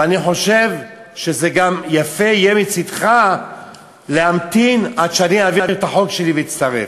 ואני חושב שגם יפה יהיה מצדך להמתין עד שאני אעביר את החוק שלי ואצטרף.